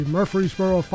Murfreesboro